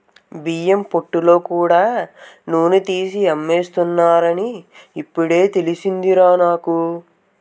బియ్యం పొట్టుతో కూడా నూనె తీసి అమ్మేస్తున్నారని ఇప్పుడే తెలిసిందిరా నాకు